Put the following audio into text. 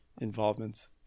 Involvements